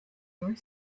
your